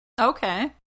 Okay